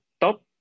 top